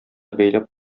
бәйләп